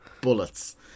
Bullets